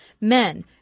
men